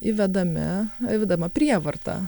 įvedami įvedama prievarta